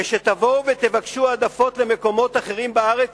כשתבואו ותבקשו העדפות למקומות אחרים בארץ,